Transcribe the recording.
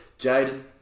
Jaden